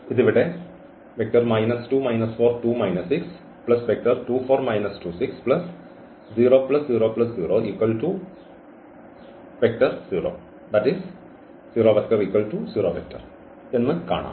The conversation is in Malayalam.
ഇത് ഇവിടെ എന്ന് കാണാം